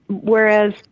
whereas